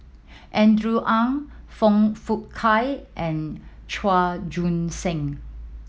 Andrew Ang Foong Fook Kay and Chua Joon Siang